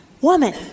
woman